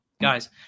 guys